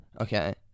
okay